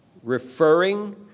referring